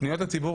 בתי הדין, בבקשה.